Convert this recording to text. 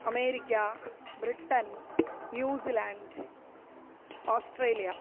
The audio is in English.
America Britain New Zealand Australia